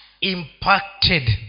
impacted